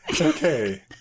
Okay